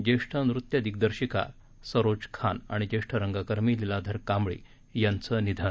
ज्येष्ठ नृत्य दिम्दर्शिका सरोज खान आणि ज्येष्ठ रंगकर्मी लिलाधर कांबळी यांचं निधन